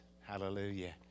Hallelujah